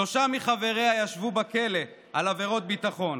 שלושה מחבריה ישבו בכלא על עבירות ביטחון.